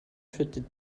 führte